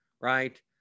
Right